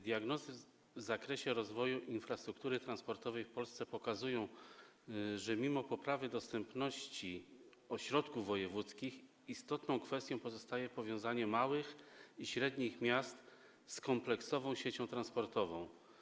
Diagnozy w zakresie rozwoju infrastruktury transportowej w Polsce pokazują, że mimo poprawy dostępności ośrodków wojewódzkich, istotną kwestią pozostaje powiązanie małych i średnich miast z kompleksową siecią transportową.